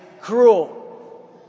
cruel